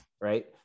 Right